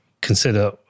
consider